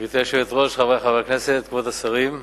גברתי היושבת-ראש, חברי חברי הכנסת, כבוד השרים,